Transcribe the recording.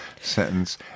sentence